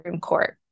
Court